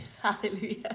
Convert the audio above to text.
hallelujah